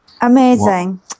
amazing